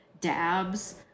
dabs